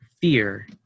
fear